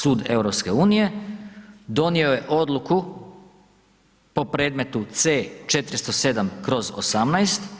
Sud EU donio je odluku po predmetu C 407/